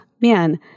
man